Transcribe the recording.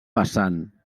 vessant